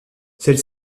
celle